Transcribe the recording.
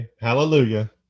Hallelujah